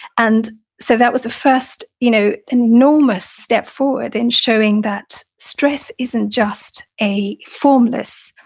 and so that was the first, you know, an enormous step forward in showing that stress isn't just a formless,